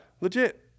Legit